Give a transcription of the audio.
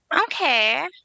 okay